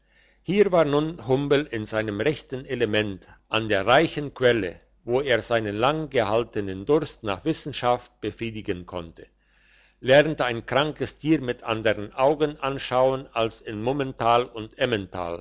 hier war nun humbel in seinem rechten element an der reichen quelle wo er seinen lang gehaltenen durst nach wissenschaft befriedigen konnte lernte ein krankes tier mit andern augen anschauen als in mummental und